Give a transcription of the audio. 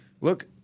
Look